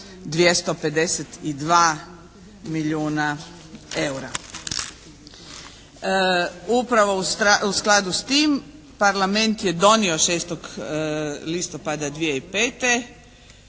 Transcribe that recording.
252 milijuna eura. Upravo u skladu s tim Parlament je donio 6. listopada 2005.